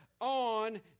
on